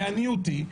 בעניותי,